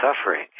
suffering